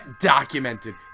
documented